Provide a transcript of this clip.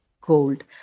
gold